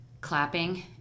clapping